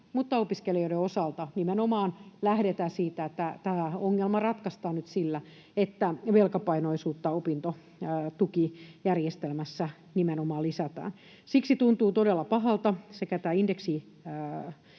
opiskelijoiden osalta nimenomaan lähdetään siitä, että tämä ongelma ratkaistaan nyt sillä, että velkapainoisuutta opintotukijärjestelmässä nimenomaan lisätään. Siksi tuntuu todella pahalta